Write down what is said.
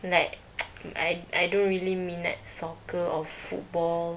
like I I don't really minat soccer or football